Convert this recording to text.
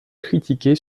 critiquée